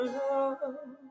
love